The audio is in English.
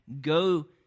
go